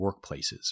workplaces